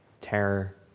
terror